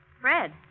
Fred